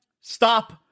stop